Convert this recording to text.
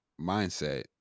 mindset